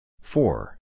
Four